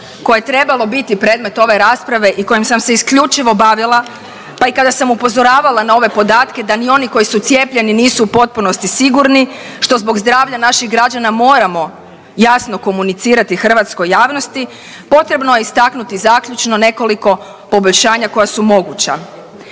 koje je trebalo biti predmet ove rasprave i kojem sam se isključivo bavila pa i kada sam upozoravala na ove podatke na ove podatke da ni oni koji su cijepljeni nisu u potpunosti sigurni što zbog naših građana moramo jasno komunicirati hrvatskoj javnosti, potrebno je istaknuti zaključno nekoliko poboljšanja koja su moguća.